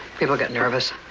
people get nervous.